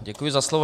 Děkuji za slovo.